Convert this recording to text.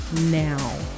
now